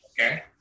Okay